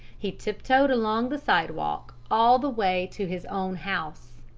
he tiptoed along the sidewalk all the way to his own house.